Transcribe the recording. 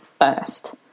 first